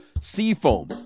Seafoam